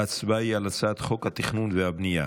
ההצבעה היא על הצעת חוק התכנון והבנייה